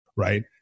Right